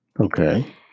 Okay